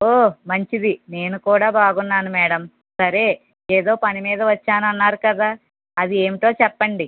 ఓ మంచిది నేను కూడా బాగున్నాను మేడం సరే ఏదో పని మీద వచ్చానన్నారు కదా అది ఏమిటో చెప్పండి